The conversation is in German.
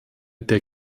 der